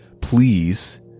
Please